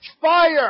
fire